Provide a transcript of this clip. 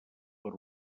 per